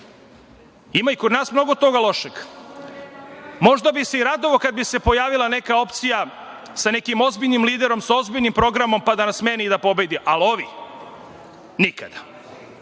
ima i kod nas mnogo toga lošeg. Možda bih se i radovao kada bi se pojavila neka opcija sa nekim ozbiljnim liderom, sa ozbiljnim programom pa da nas smeni i pobedi, ali ovi nikada,